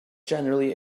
generally